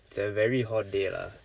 it's a very hot day lah